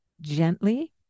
gently